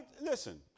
Listen